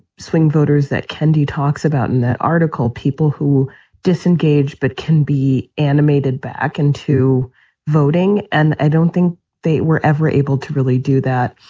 swing voters that kennedy talks about in that article, people who disengage but can be animated back into voting. and i don't think they were ever able to really do that.